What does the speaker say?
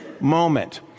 moment